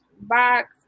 box